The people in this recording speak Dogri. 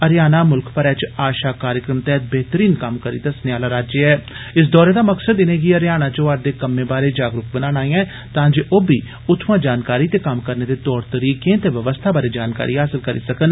हरियाणा मुल्ख भरै च आशा कार्यक्रम तैहत बेहतरीन कम्म करी दस्सने आला राज्य ऐ इस दौरे दा मकसद इनेंगी हरियाणा च होआ'रदे कम्मे बारै जागरूक बनाना ऐ तां जे ओ बी उत्थुआं जानकारी ते कम्म करने दे तौर तरीकें ते व्यवस्था बारै जानकारी हासल करी सकन